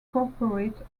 corporate